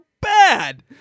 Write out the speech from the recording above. bad